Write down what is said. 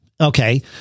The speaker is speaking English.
okay